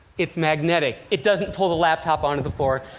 it's magnetic it doesn't pull the laptop onto the floor.